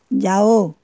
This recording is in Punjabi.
ਜਾਓ